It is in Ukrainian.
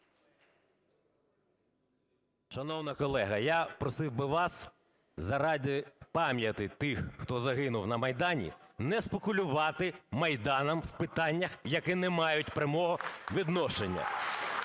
Шановна колега, я просив би вас заради пам'яті тих, хто загинув на Майдані, не спекулювати Майданом в питаннях, які не мають прямого відношення.